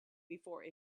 before